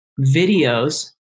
videos